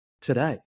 today